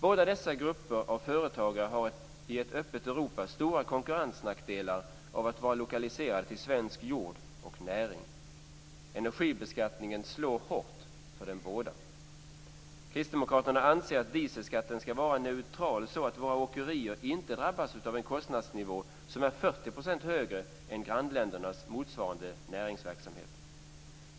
Båda dessa grupper av företagare har i ett öppet Europa stora konkurrensnackdelar av att vara lokaliserade till svensk jord och näring. Energibeskattningen slår hårt för dem båda. Kristdemokraterna anser att dieselskatten ska vara neutral, så att våra svenska åkerier inte drabbas av en kostnadsnivå som är 40 % högre än grannländernas i motsvarande näringsverksamhet.